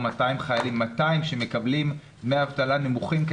200 חיילים 200 שמקבלים דמי אבטלה נמוכים,